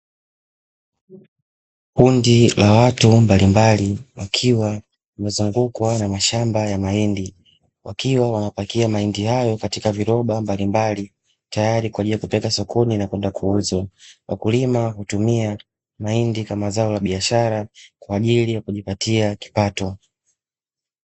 Kundi la watu mbalimbali wakiwa wmezungukwa na mashamba ya mahindi, wakiwa wanapakia mahindi hayo katika viroba mbalimbali tayali kwa kupelekwa sokoni na kwenda kuuzwa wakulima utumia mahindi kama zao la biashara kwaajili ya kujipatia kipato.